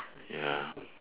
ya